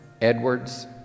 Edwards